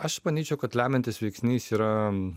aš manyčiau kad lemiantis veiksnys yra